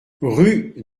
rue